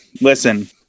listen